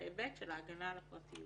ושם אמרתי "הבן שלכם נהרג".